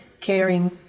caring